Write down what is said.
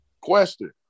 question